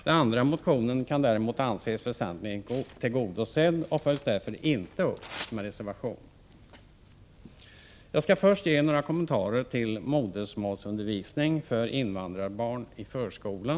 Den andra motionen kan däremot anses väsentligen tillgodosedd och följs därför inte upp av reservation. Jag skall först ge några kommentarer till frågan om modersmålsundervisning för invandrarbarn i förskola.